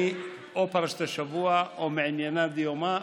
או פרשת השבוע או מענייני דיומא,